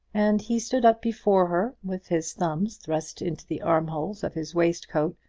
and he stood up before her, with his thumbs thrust into the arm-holes of his waistcoat,